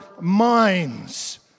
minds